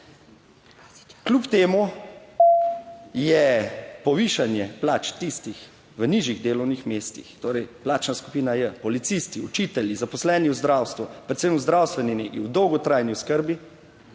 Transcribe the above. Kljub temu je povišanje plač tistih v nižjih delovnih mestih, torej plačna skupina J, policisti, učitelji, zaposleni v zdravstvu, predvsem v zdravstveni negi,